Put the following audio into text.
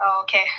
Okay